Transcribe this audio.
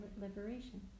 liberation